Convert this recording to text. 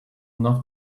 not